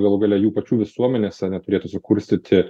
galų gale jų pačių visuomenėse neturėtų sukurstyti